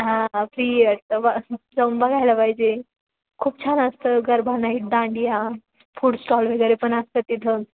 हा फी असं बा जाऊन बघायला पाहिजे खूप छान असतं garba night dandiya food stall वगैरे पण असतं तिथं